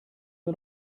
wir